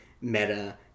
meta